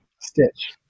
Stitch